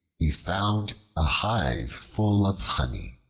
he found a hive full of honey.